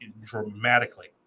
dramatically